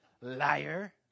liar